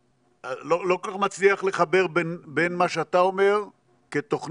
לא כל כך מצליח לחבר בין מה שאתה אומר כתוכנית